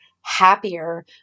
happier